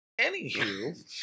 anywho